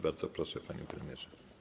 Bardzo proszę, panie premierze.